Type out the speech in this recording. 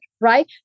right